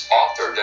author